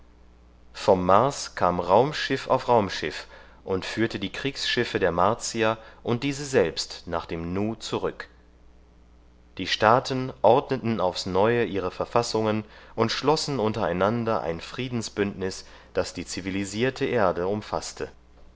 vom mars kam raumschiff auf raumschiff und führte die kriegsschiffe der martier und diese selbst nach dem nu zurück die staaten ordneten aufs neue ihre verfassungen und schlossen untereinander ein friedensbündnis das die zivilisierte erde umfaßte